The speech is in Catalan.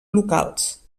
locals